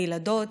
הילדות,